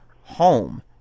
home